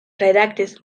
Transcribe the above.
redaktis